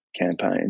campaign